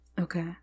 Okay